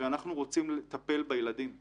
ואנחנו רוצים לטפל בילדים מהר.